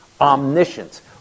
omniscience